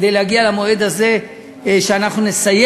כדי להגיע למועד הזה שבו אנחנו נסיים